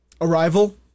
Arrival